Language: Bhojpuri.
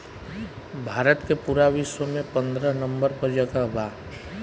भारत के पूरा विश्व में पन्द्रह नंबर पर जगह बा